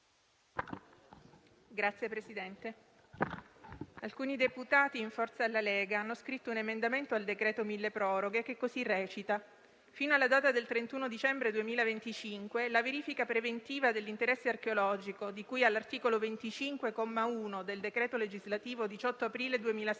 Signor Presidente, alcuni deputati in forza alla Lega hanno scritto un emendamento al decreto milleproroghe che così recita: «fino alla data del 31 dicembre 2025 la verifica preventiva dell’interesse archeologico di cui all’articolo 25, comma 1, del decreto legislativo 18 aprile 2016,